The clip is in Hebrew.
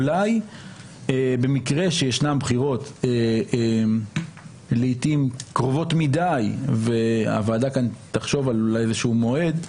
אולי במקרה שיש בחירות לעיתים קרובות מדי והוועדה כאן תחשוב על מועד,